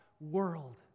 world